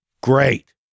Great